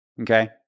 Okay